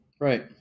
right